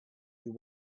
you